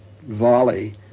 volley